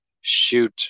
shoot